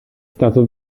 stato